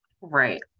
right